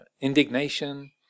indignation